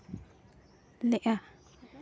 ᱞᱮᱜᱼᱟ